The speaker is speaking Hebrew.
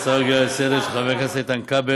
הצעה רגילה לסדר-היום של חבר הכנסת איתן כבל